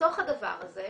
בתוך הדבר הזה,